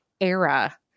era